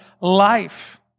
life